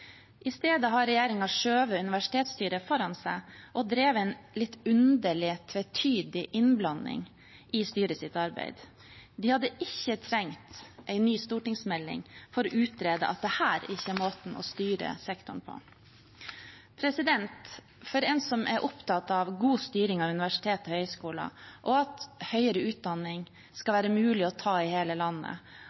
I stedet har regjeringen skjøvet universitetsstyret foran seg og drevet en litt underlig, tvetydig innblanding i styrets arbeid. De hadde ikke trengt en ny stortingsmelding for å utrede at dette ikke er måten å styre sektoren på. For en som er opptatt av god styring av universitetene og høyskolene, av at høyere utdanning skal være mulig å ta i hele landet,